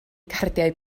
cardiau